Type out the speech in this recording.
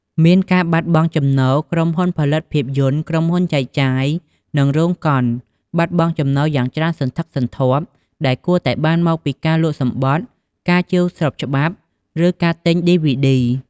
មានការបាត់បង់ចំណូល ក្រុមហ៊ុនផលិតភាពយន្ត ក្រុមហ៊ុនចែកចាយ និងរោងកុនបាត់បង់ប្រាក់ចំណូលយ៉ាងច្រើនសន្ធឹកសន្ធាប់ដែលគួរតែបានមកពីការលក់សំបុត្រ ការជាវស្របច្បាប់ ឬការទិញឌីវីឌី។